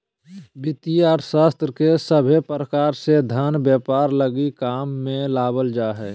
वित्तीय अर्थशास्त्र के सभे प्रकार से धन व्यापार लगी काम मे लावल जा हय